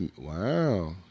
Wow